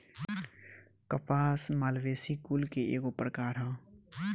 कपास मालवेसी कुल के एगो प्रकार ह